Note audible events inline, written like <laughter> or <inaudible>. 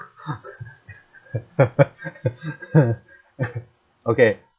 <laughs> okay